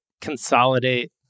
consolidate